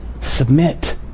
Submit